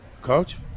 Coach